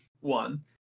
one